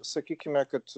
sakykime kad